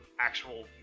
actual